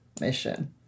mission